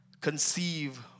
Conceive